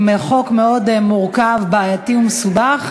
עם חוק מאוד מורכב, בעייתי ומסובך,